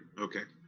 okay.